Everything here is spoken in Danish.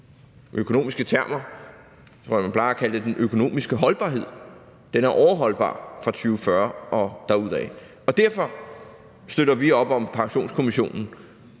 fornuftigt ud – jeg tror, man plejer at kalde det den økonomiske holdbarhed, og den er overholdbar fra 2040 og fremad. Derfor støtter vi op om Pensionskommissionen,